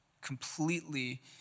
completely